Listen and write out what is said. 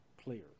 players